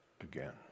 again